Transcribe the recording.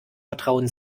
vertrauen